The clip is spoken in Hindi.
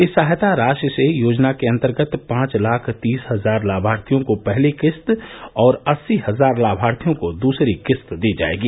इस सहायता राशि से योजना के अंतर्गत पांच लाख तीस हजार लाभार्थियों को पहली किस्त और अस्सी हजार लाभार्थियों को दूसरी किस्त दी जाएगी